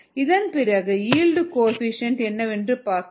இதன் பிறகு yield coefficient என்னவென்று பார்த்தோம்